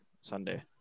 Sunday